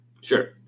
Sure